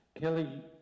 Kelly